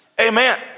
Amen